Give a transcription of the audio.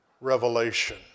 revelation